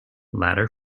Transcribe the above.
ladder